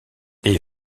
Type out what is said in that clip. les